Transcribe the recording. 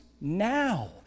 now